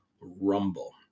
Rumble